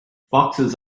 foxes